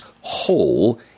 whole